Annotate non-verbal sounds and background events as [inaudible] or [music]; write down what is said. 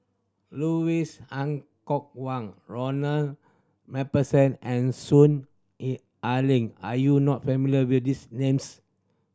[unintelligible] Kok Kwang Ronald Macpherson and Soon [unintelligible] Ai Ling are you not familiar with these names